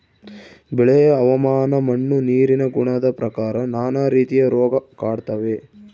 ಬೆಳೆಯ ಹವಾಮಾನ ಮಣ್ಣು ನೀರಿನ ಗುಣದ ಪ್ರಕಾರ ನಾನಾ ರೀತಿಯ ರೋಗ ಕಾಡ್ತಾವೆ